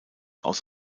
aus